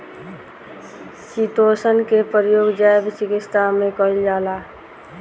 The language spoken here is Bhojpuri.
चितोसन के प्रयोग जैव चिकित्सा में कईल जाला